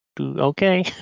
Okay